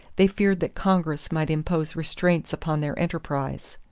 they feared that congress might impose restraints upon their enterprise.